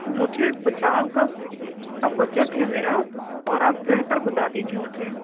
مجھے پچاس گز کا بجٹ ہے میرا اور آپ بہتر بتا دیجیے مجھے